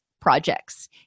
projects